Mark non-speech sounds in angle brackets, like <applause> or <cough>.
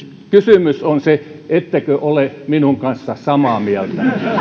<unintelligible> kysymys on ettekö ole minun kanssani samaa mieltä